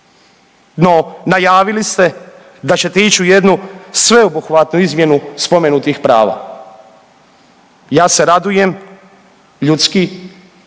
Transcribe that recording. no najavili ste da ćete ić u jednu sveobuhvatnu izmjenu spomenutih prava. Ja se radujem ljudski